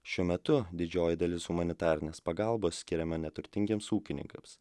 šiuo metu didžioji dalis humanitarinės pagalbos skiriama neturtingiems ūkininkams